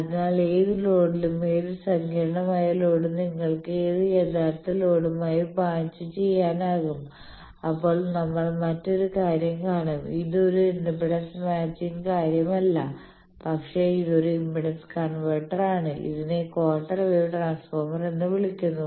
അതിനാൽ ഏത് ലോഡിലും ഏത് സങ്കീർണ്ണമായ ലോഡും നിങ്ങൾക്ക് ഏത് യഥാർത്ഥ ലോഡുമായി മാച്ച് ചെയ്യാനാകും അപ്പോൾ നമ്മൾ മറ്റൊരു കാര്യം കാണും ഇത് ഒരു ഇംപെഡൻസ് മാച്ചിങ് കാര്യമല്ല പക്ഷേ ഇത് ഒരു ഇംപെഡൻസ് കൺവെർട്ടർ ആണ് ഇതിനെ ക്വാർട്ടർ വേവ് ട്രാൻസ്ഫോർമർ എന്ന് വിളിക്കുന്നു